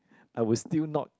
I would still not